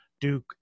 Duke